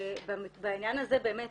בעניין הזה באמת